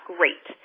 Great